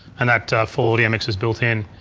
and that full audio mix is built in.